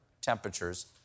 temperatures